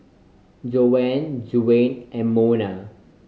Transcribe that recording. Dionne Dwaine and Monna